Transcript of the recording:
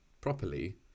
properly